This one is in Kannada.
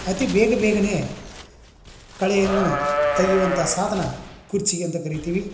ಅತಿ ಬೇಗ ಬೇಗನೆ ಕಳೆಯನ್ನು ತೆಗೆಯುವಂಥ ಸಾಧನ ಕುರ್ಜಿಗಿ ಅಂತ ಕರೀತೀವಿ